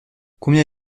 combien